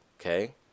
Okay